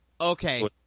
okay